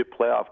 playoff